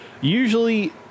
usually